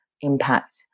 impact